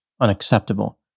unacceptable